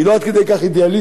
היא לא עד כדי כך אידיאליסטית.